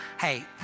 hey